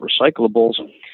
recyclables